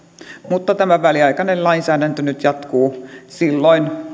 mutta tämä väliaikainen lainsäädäntö nyt jatkuu silloin